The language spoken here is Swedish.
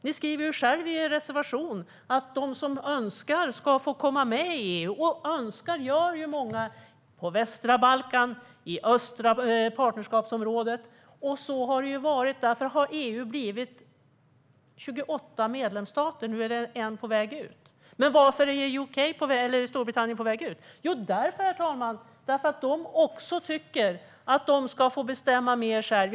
Ni skriver ju själva i er reservation att de som önskar ska få komma med i EU. Och önskar gör många - på västra Balkan och i östliga partnerskapsområdet. Så har det varit, och därför har vi i EU blivit 28 medlemsstater. Nu är en på väg ut. Varför är Storbritannien på väg ut? Jo, herr talman, därför att de också tycker att de ska få bestämma mer själva.